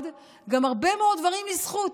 שאנחנו עוברים גם הרבה מאוד דברים לזכות,